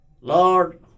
Lord